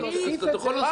אני